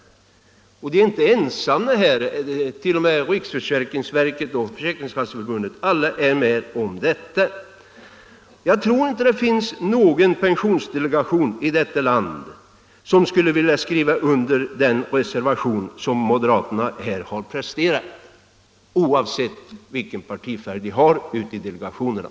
Och de är inte ensamma om sin uppfattning. T. o. m. riksförsäkringsverket och försäkringskasseförbundet delar denna uppfattning. Jag tror inte det finns någon pensionsdelegation i detta land som skulle vilja skriva under den reservation som moderaterna här har presterat —- oavsett vilken partifärg delegationernas ledamöter har.